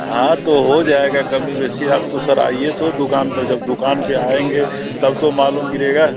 हाँ तो हो जाएगा कमी बशी आप तो सर आइए तो दुकान पर जब दुकान पर आएंगे तब तो मालूम गिरेगा